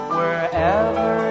wherever